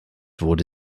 wurde